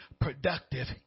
productive